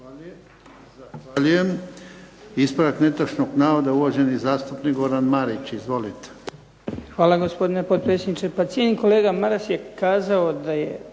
Hvala gospodine potpredsjedniče. Pa cijenjeni kolega Maras je kazao da je